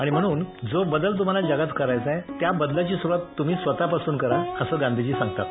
आणि म्हणून जो बदल तुम्हाला जगात करायचाय त्या बदलाची स्रवात तूम्ही स्वतःपासून करा असं गांधीजी सांगतात